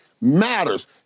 Matters